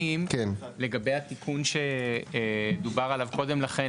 לגבי התיקון שדובר עליו קודם לכן,